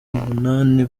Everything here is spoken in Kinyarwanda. umunani